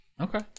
Okay